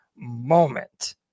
moment